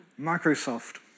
Microsoft